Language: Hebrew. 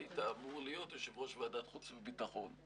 היית אמור להיות יושב-ראש ועדת החוץ והביטחון,